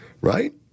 right